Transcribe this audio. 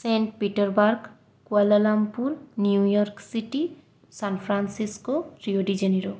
Saint Petersburg Kuala Lumpur New York City San Francisco Rio de Janeiro